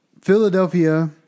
Philadelphia